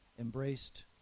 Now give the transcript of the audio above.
embraced